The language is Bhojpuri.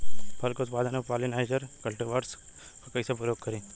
फल के उत्पादन मे पॉलिनाइजर कल्टीवर्स के कइसे प्रयोग करी?